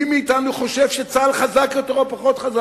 מי מאתנו חושב שצה"ל חזק יותר או חזק פחות.